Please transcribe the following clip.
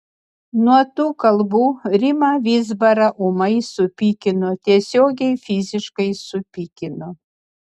nuo tų kalbų rimą vizbarą ūmai supykino tiesiogiai fiziškai supykino